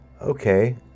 Okay